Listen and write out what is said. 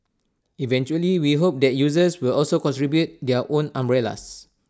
eventually we hope that users will also contribute their own umbrellas